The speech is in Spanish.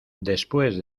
después